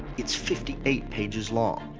it's fifty eight pages long.